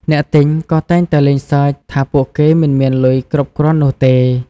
អ្នកទិញក៏តែងតែលេងសើចថាពួកគេមិនមានលុយគ្រប់គ្រាន់នោះទេ។